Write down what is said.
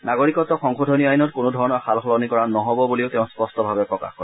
নাগৰিকত্ব সংশোধনী আইনত কোনোধৰণৰ সাল সলনি কৰা নহব বুলিও তেওঁ স্পট্টভাৱে প্ৰকাশ কৰে